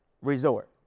resort